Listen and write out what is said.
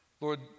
Lord